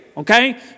Okay